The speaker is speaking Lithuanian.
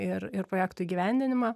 ir ir projektų įgyvendinimą